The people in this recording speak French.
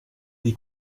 des